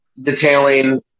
detailing